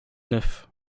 neuf